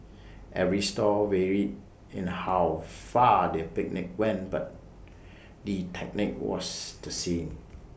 every store varied in how far the picnic went but the technique was the same